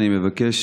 אני מבקש,